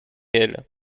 elle